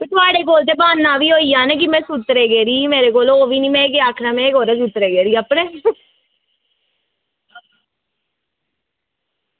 ते थुआढ़े ब्हाना बी होई जाना कि में सूत्तरै गेदी ही मेरे कोल ओह्बी ब्हाना निं की में कोह्दे सूत्तरै ई गेदी ही